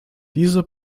diese